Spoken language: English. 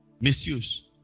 Misuse